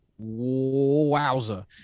Wowza